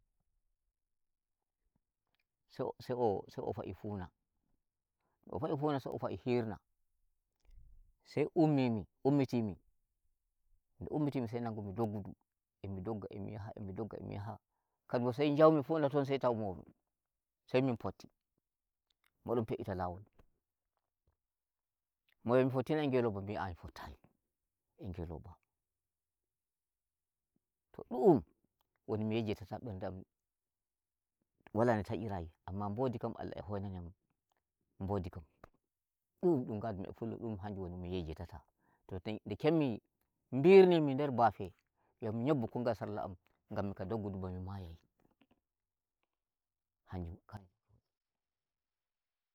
Sai- sai o fa'i funa nde o fa'i funa, sai o fa'i hirna sai ummi mi ummiti mi, nde ummiti mi sai nangu mi doggudu emi dogga emi yaha emi dogga emi yaha kadi bo sai jaumi funa ton sai taumomi, sai min fotti modon fe'ita lawol mo wi mi fotti na e ngeloba mbimi a'a mi fottayi e ngeloba. To ɗu'um woni mi yejjitata mberde am wala no ntacirayi, amma mbodi kam Allah e hoinani yam nbodi kam dum dum gadumi e fullo dum hanjum woni ɗum mi yejjitata, to nde kemmi mbirnimi nder bafe no mi nyobbu kosgal sarla am, ngammi ga doggudu ba mi mayai hanjum hanjum kawai.